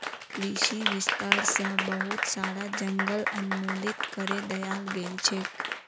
कृषि विस्तार स बहुत सारा जंगल उन्मूलित करे दयाल गेल छेक